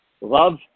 Love